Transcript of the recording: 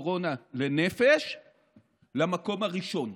בקורונה לנפש למקום הראשון.